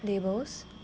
labels